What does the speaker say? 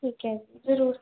ਠੀਕ ਹੈ ਜ਼ਰੂਰ